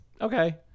okay